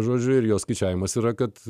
žodžiu ir jos skaičiavimas yra kad